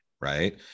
Right